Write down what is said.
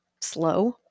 slow